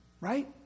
Right